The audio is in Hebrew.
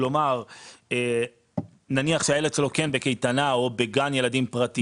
נניח שהילד בקייטנה או בגן ילדים פרטי.